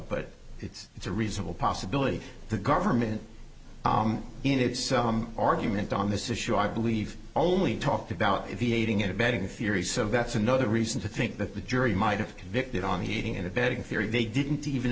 but it's it's a reasonable possibility the government in its argument on this issue i believe only talked about the aiding and abetting theory so that's another reason to think that the jury might have convicted on the aiding and abetting theory they didn't even